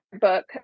book